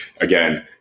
again